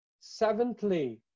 Seventhly